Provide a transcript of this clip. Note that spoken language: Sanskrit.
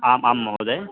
आम् आं महोदय